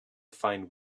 find